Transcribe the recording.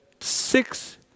six